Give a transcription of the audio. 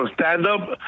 stand-up